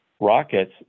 rockets